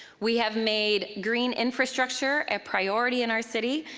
we have made green infrastructure a priority in our city,